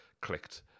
clicked